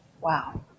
Wow